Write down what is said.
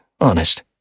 honest